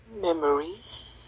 memories